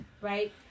right